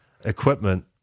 equipment